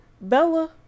Bella